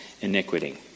iniquity